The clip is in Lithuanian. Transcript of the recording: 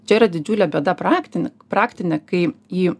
čia yra didžiulė bėda praktinė praktinė kai į